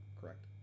correct